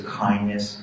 kindness